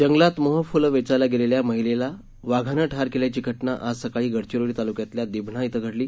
जंगलात मोहफुलं वेचायला गेलेल्या महिलेला वाघानं ठार केल्याची घटना आज सकाळी गडचिरोली तालुक्यातल्या दिभना इथं घडली